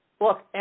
Look